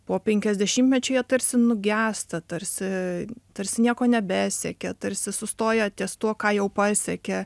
po penkiasdešimtmečio jie tarsi nugęsta tarsi tarsi nieko nebesiekia tarsi sustojo ties tuo ką jau pasekė